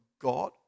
God